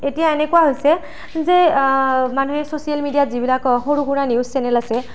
এতিয়া এনেকুৱা হৈছে যে মানুহে চছিয়েল মেডিয়াত যিবিলাক সৰু সুৰা নিউজ চেনেল আছে